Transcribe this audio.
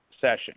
session